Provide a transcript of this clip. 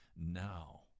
now